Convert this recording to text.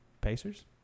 Pacers